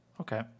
Okay